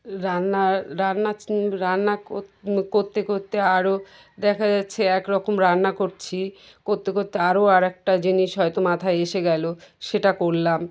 রান্না রান্না রান্না করতে করতে আরও দেখা যাচ্ছে এক রকম রান্না করছি করতে করতে আরও আর একটা জিনিস হয়তো মাথায় এসে গেল সেটা করলাম